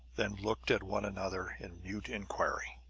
then looked at one another in mute inquiry.